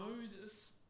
Moses